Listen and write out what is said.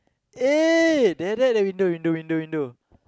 eh there there the window window window window